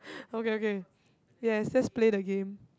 okay okay yes let's play the game